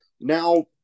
Now